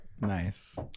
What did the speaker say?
Nice